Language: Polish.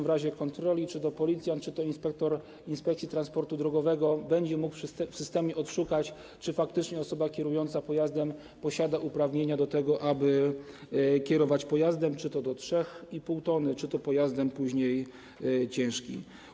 W razie kontroli czy to policjant, czy to inspektor Inspekcji Transportu Drogowego będzie mógł w systemie odszukać, czy faktycznie osoba kierująca pojazdem posiada uprawnienia do tego, aby kierować pojazdem, czy to do 3,5 t, czy to później pojazdem ciężkim.